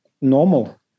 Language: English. normal